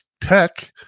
tech